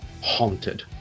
haunted